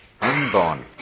unborn